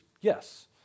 Yes